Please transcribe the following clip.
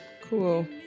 Cool